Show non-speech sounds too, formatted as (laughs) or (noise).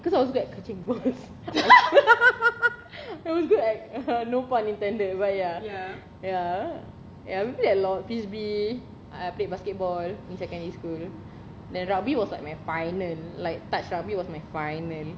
cause I was great at catching balls (laughs) I was good at no pun intended but ya ya ya I played a lot frisbee uh I played basketball in secondary school then rugby was like my final like touch rugby was my final